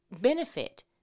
benefit